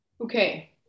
okay